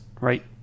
right